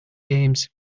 games